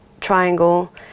triangle